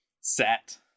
set